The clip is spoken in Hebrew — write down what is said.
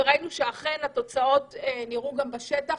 וראינו שהתוצאות אכן נראו גם בשטח,